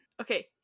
Okay